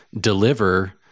deliver